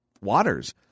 waters